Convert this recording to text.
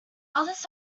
others